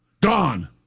Gone